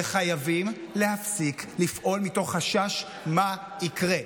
וחייבים להפסיק לפעול מתוך חשש מה יקרה.